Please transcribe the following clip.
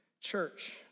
church